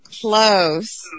close